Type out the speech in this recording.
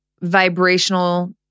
vibrational